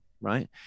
right